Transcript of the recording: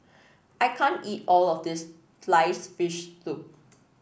I can't eat all of this sliced fish soup